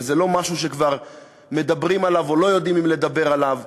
וזה לא משהו שכבר מדברים עליו או לא יודעים אם לדבר עליו.